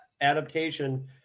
adaptation